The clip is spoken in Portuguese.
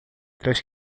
três